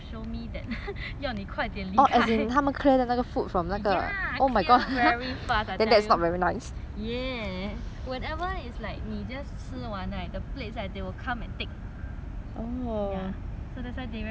ya clear very fast I tell you ya whenever it's like 你 just 吃完 right the plates then they will come and take ya so that's why they very okay lah if 说好